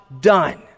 done